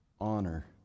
honor